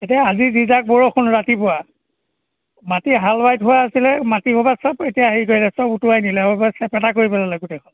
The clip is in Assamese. এতিয়া আজি যিজাক বৰষুণ ৰাতিপুৱা মাটি হাল ৱাই থোৱা আছিলে মাটিভাগৰ চব এতিয়া হেৰি কৰিলে চব উটুৱাই নিলে সেইভাগ চেপেটা কৰি পেলালে গোটেইখন